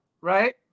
right